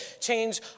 change